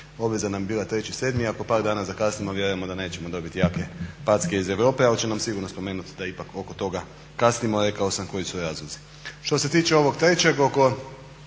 obveza nam je bila 3.7. ako par dana zakasnimo vjerujemo da nećemo dobiti jake packe iz Europe ali će nam sigurno spomenuti da ipak oko toga kasnimo a rekao sam koji su razlozi. Što se tiče ovog trećeg oko